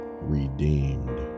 Redeemed